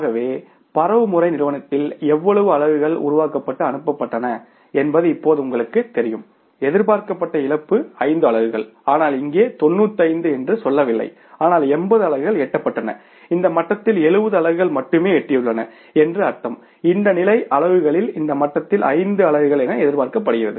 ஆகவே பரவுமுறை நிறுவனத்தில் எவ்வளவு அலகுகள் உருவாக்கப்பட்டு அனுப்பப்பட்டன என்பது இப்போது உங்களுக்குத் தெரியும் எதிர்பார்க்கப்பட்ட இழப்பு 5 அலகுகள் ஆனால் இங்கே 95 என்று சொல்லவில்லை ஆனால் 80 அலகுகள் எட்டப்பட்டன இந்த மட்டத்தில் 70 அலகுகள் மட்டுமே எட்டியுள்ளன என்று அர்த்தம் இந்த நிலை அலகுகளில் இந்த மட்டத்தில் 5 அலகுகள் என எதிர்பார்க்கப்படுகிறது